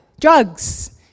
drugs